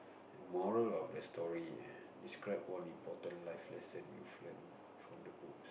moral of the story describe one important life lesson you've learnt from the books